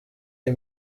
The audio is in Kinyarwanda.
iyi